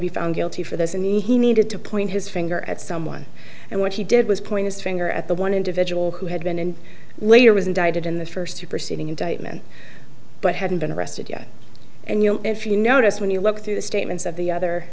be found guilty for this and he needed to point his finger at someone and what he did was point his finger at the one individual who had been and later was indicted in the first superseding indictment but hadn't been arrested yet and you know if you notice when you look through the statements of the other